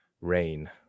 Rain